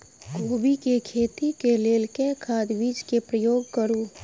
कोबी केँ खेती केँ लेल केँ खाद, बीज केँ प्रयोग करू?